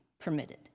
permitted